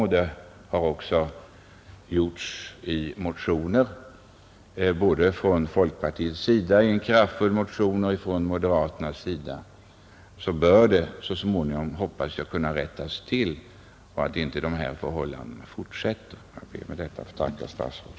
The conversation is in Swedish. Frågan har också berörts i motioner både från folkpartiet och från moderata samlingspartiet. Jag hoppas att missförhållandena så småningom skall kunna rättas till. Med detta ber jag att få tacka herr statsrådet för svaret.